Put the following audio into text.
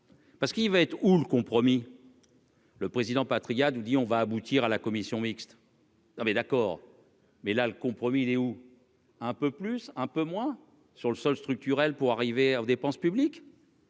parce qu'il va être où le compromis, le président Patriat nous dit on va aboutir à la commission mixte. Ah ben d'accord. Mais là, le compromis Les ou un peu plus un peu moins sur le sol structurelles pour arriver, dépenses publiques.